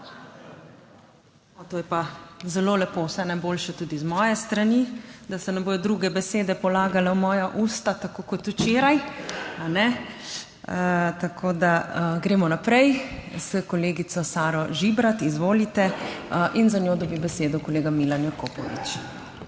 To je pa zelo lepo. Vse najboljše tudi z moje strani. Da se ne bodo druge besede polagale v moja usta, tako kot včeraj, a ne? Tako da gremo naprej s kolegico Saro Žibrat. Izvolite. Za njo dobi besedo kolega Milan Jakopovič.